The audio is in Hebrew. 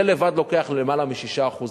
זה לבד לוקח למעלה מ-6%